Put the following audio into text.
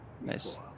Nice